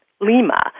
Lima